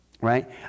right